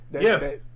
Yes